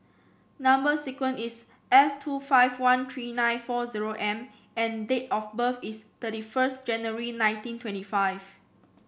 number sequence is S two five one three nine four zero M and date of birth is thirty first January nineteen twenty five